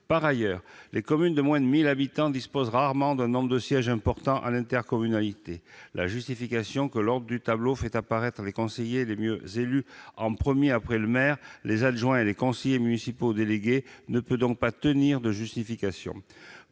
Par ailleurs, les communes de moins de 1 000 habitants disposent rarement d'un nombre important de sièges à l'intercommunalité. L'argument selon lequel l'ordre du tableau fait apparaître les conseillers les mieux élus en premier après le maire, les adjoints et les conseillers municipaux délégués ne peut donc pas tenir lieu de justification.